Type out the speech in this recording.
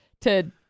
To-